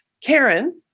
Karen